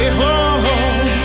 home